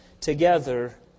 together